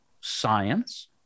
science